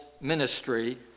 ministry